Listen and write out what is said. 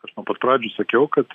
aš nuo pat pradžių sakiau kad